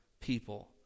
people